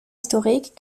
historiques